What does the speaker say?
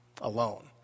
alone